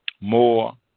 more